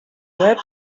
web